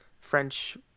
French